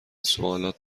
سوالات